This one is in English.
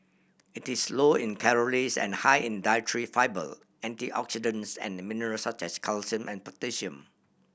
it is low in calories and high in dietary fibre antioxidants and minerals such as calcium and potassium